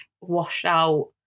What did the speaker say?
washed-out